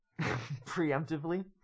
Preemptively